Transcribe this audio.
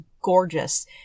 gorgeous